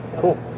cool